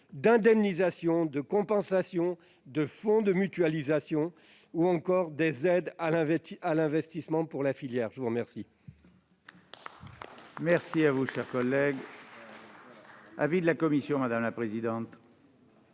d'indemnisation, de compensation, de fonds de mutualisation ou encore des aides à l'investissement pour la filière. Quel